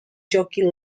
jockey